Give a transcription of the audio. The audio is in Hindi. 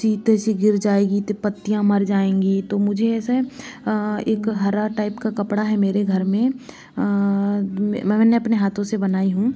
छींटे सी गिर जाएगी तो पत्तियाँ मर जाएगी तो मुझे ऐसे एक हरा टाइप का कपड़ा है मेरे घर में मैंने अपने हाथों से बनाई हूँ